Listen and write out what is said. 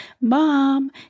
mom